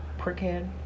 prickhead